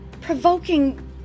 provoking